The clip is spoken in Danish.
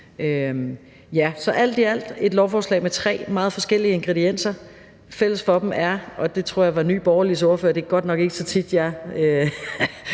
i alt er det et lovforslag med tre meget forskellige ingredienser. Fælles for dem er – det tror jeg var Nye Borgerliges ordfører, der sagde det, og det er